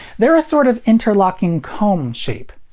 they're a sort of interlocking comb shape.